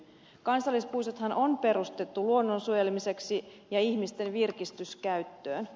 kansallispuistothan on perustettu luonnon suojelemiseksi ja ihmisten virkistyskäyttöön